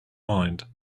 mind